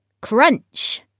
Crunch